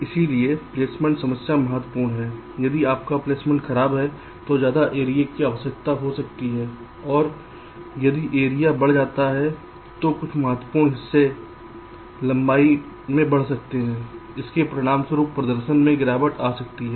इसलिए प्लेसमेंट समस्या महत्वपूर्ण है यदि आपका प्लेसमेंट खराब है तो ज्यादा एरिया की आवश्यकता हो सकती है और यदि एरिया बढ़ जाता है तो कुछ महत्वपूर्ण हिस्से लंबाई में भी बढ़ सकते हैं जिसके परिणामस्वरूप प्रदर्शन में गिरावट आ सकती है